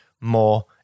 more